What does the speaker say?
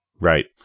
Right